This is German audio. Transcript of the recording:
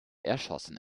erschossen